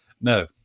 no